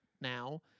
now